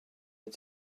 had